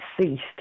ceased